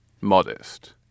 modest